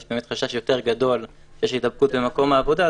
אז יש באמת חשש יותר גדול שיש הידבקות במקום העבודה.